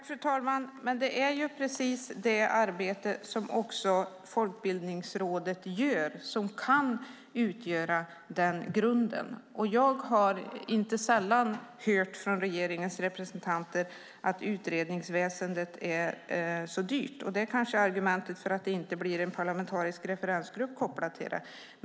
Fru talman! Men det är ju precis det arbete som också Folkbildningsrådet gör som kan utgöra den grunden. Jag har inte sällan hört från regeringens representanter att utredningsväsendet är så dyrt, och det kanske är argumentet för att det inte blir en parlamentarisk referensgrupp kopplad till det.